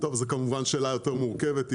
זאת שאלה יותר מורכבת,